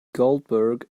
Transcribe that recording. goldberg